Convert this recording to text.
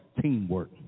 teamwork